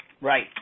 Right